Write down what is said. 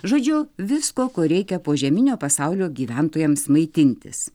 žodžiu visko ko reikia požeminio pasaulio gyventojams maitintis